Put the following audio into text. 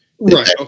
Right